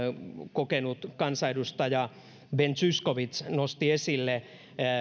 kokenut kansanedustaja ben zyskowicz nosti esille